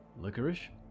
Licorice